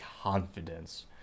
confidence